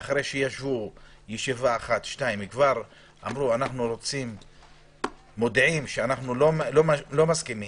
ואחרי ישבה אחת או שתיים אמרו: אנו מודיעים שלא מסכימים,